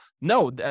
no